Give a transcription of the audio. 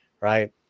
right